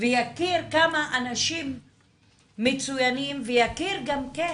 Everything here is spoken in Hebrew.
ויכיר כמה אנשים מצוינים ויכיר גם כן